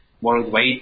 worldwide